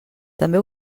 també